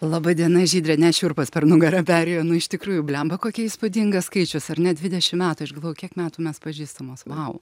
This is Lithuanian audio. laba diena žydre net šiurpas per nugarą perėjo nu iš tikrųjų bliamba kokia įspūdingas skaičius ar ne dvidešim metų aš galvojau kiek metų mes pažįstamos vau